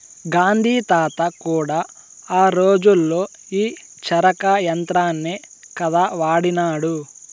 గాంధీ తాత కూడా ఆ రోజుల్లో ఈ చరకా యంత్రాన్నే కదా వాడినాడు